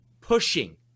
pushing